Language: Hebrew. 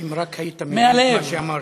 אם רק היית מבין את מה שאמרתי.